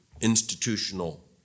institutional